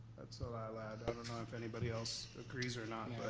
that's all i'll add. i don't know if anybody else agrees or not.